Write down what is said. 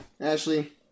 Ashley